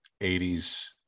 80s